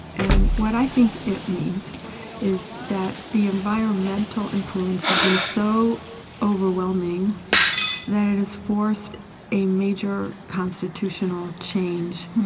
and what i think it means is that the environmental influence has been so overwhelming that it has forced a major constitutional change,